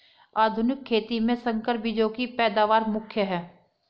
आधुनिक खेती में संकर बीजों की पैदावार मुख्य हैं